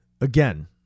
again